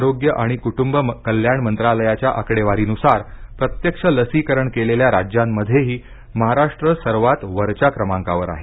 आरोग्य आणि कुटुंब कल्याण मंत्रालयाच्या आकडेवारीनुसार प्रत्यक्ष लसीकरण केलेल्या राज्यांमध्येही महाराष्ट्र सर्वात वरच्या क्रमांकावर आहे